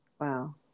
Wow